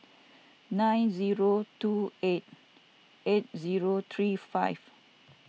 nine zero two eight eight zero three five